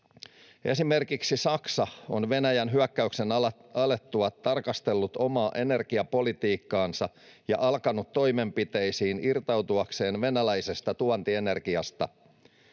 Esimerkiksi Saksa on Venäjän hyökkäyksen alettua tarkastellut omaa energiapolitiikkaansa ja alkanut toimenpiteisiin irtautuakseen venäläisestä tuontienergiasta.